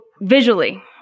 visually